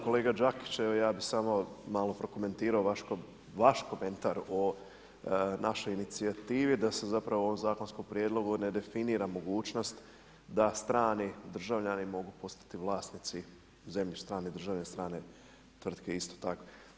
Kolega Đakić, evo ja bih samo malo prokomentirao vaš komentar o našoj inicijativi da se zapravo u ovom zakonskom prijedlogu ne definira mogućnost da strani državljani mogu postati vlasnici zemljišta strane države, strane tvrtke isto tako.